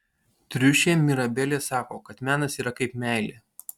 triušė mirabelė sako kad menas yra kaip meilė